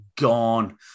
gone